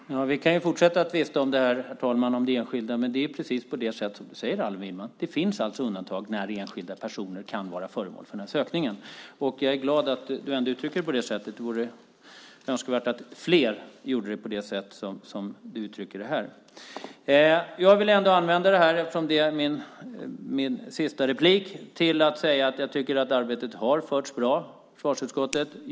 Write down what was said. Herr talman! Vi kan ju fortsätta tvista om det här med enskilda, herr talman, men det är ju precis på det sättet som du säger, Allan Widman: Det finns alltså undantag när enskilda personer kan vara föremål för den här sökningen. Jag är glad att du ändå uttrycker dig på det sättet. Det vore önskvärt att fler gjorde det på det sätt som du uttrycker dig här. Jag vill ändå använda min sista replik till att säga att jag tycker att arbetet har förts bra i försvarsutskottet.